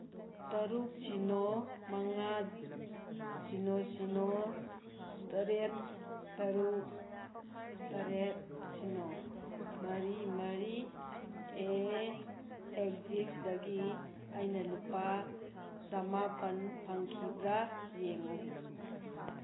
ꯇꯔꯨꯛ ꯁꯤꯅꯣ ꯃꯉꯥ ꯁꯤꯅꯣ ꯁꯤꯅꯣ ꯇꯔꯦꯠ ꯇꯔꯨꯛ ꯇꯔꯦꯠ ꯁꯤꯅꯣ ꯃꯔꯤ ꯃꯔꯤ ꯑꯦ ꯑꯦꯛꯖꯤꯁꯇꯒꯤ ꯑꯩꯅ ꯂꯨꯄꯥ ꯆꯃꯥꯄꯟ ꯐꯪꯈꯤꯕ꯭ꯔꯥ ꯌꯦꯡꯉꯨ